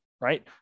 right